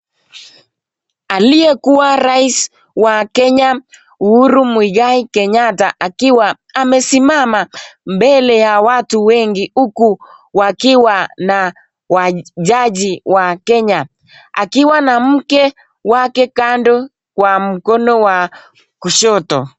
Aliyekuwa rais wa Kenya, Uhuru Muigai Kenyatta akiwa amesimama mbele ya watu wengi huku wakiwa na jaji wa Kenya akiwa na mke wake kando kwa mkono wa kushoto.